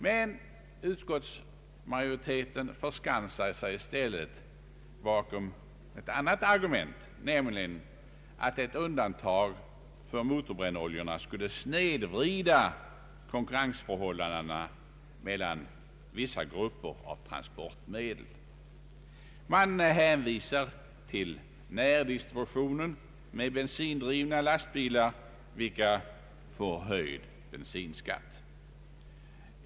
Men utskottsmajoriteten förskansar sig i stället bakom ett annat argument, nämligen att ett undantag för motorbrännoljorna skulle snedvrida konkurrensförhållandena mellan vissa grupper av transportmedel. Man hänvisar till närdistributionen med bensindrivna lastbilar, vilka får höjd bensinskatt.